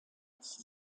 ggf